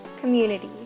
community